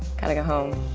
got to go home.